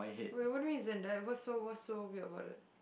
wait what do you mean Zendaya what's so what's so weird about it